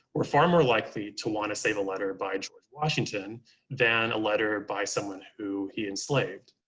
were far more likely to want to save a letter by george washington than a letter by someone who he enslaved.